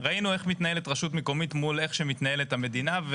ראינו איך מתנהלת רשות מקומית מול איך שמתנהלת המדינה.